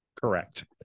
correct